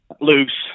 loose